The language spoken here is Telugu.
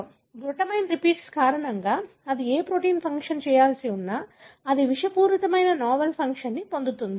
కాబట్టి గ్లూటామైన్ రిపీట్స్ కారణంగా అది ఏ ప్రొటీన్ ఫంక్షన్ చేయాల్సి ఉన్నా అది విషపూరితమైన నావెల్ ఫంక్షన్ను పొందుతుంది